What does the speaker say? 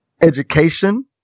education